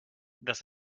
das